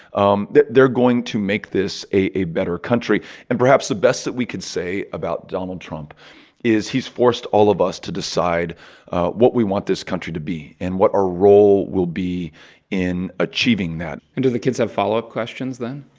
um they're going to make this a a better country. and perhaps the best that we could say about donald trump is he's forced all of us to decide what we want this country to be and what our role will be in achieving that and do the kids have follow-up questions then?